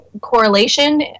correlation